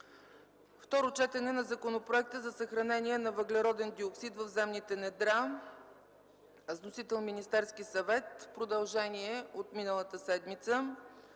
Второ четене на Законопроекта за съхранение на въглероден диоксид в земните недра. (Вносител: Министерски съвет, продължение от миналата седмица.)